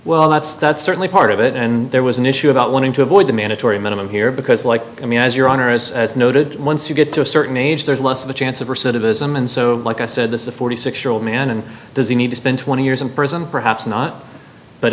well that's that's certainly part of it and there was an issue about wanting to avoid the mandatory minimum here because like i mean as your honor is as noted once you get to a certain age there's less of a chance of recidivism and so like i said this is a forty six year old man and does he need to spend twenty years in prison perhaps not but